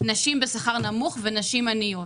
נשים בשכר נמוך ונשים עניות.